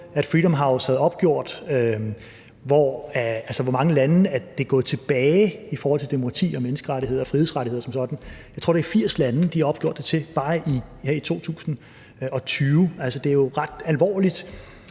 at Freedom House havde opgjort, i hvor mange lande det er gået tilbage i forhold til demokrati og menneskerettigheder og frihedsrettigheder som sådan. Jeg tror, det er 80 lande, de har opgjort det til, bare her i 2020. Det er jo ret alvorligt.